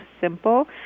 simple